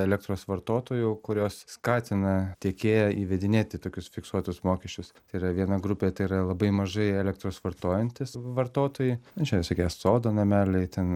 elektros vartotojų kurios skatina tiekėją įvedinėti tokius fiksuotus mokesčius yra viena grupė tai yra labai mažai elektros vartojantys vartotojai nu čia visokie sodo nameliai ten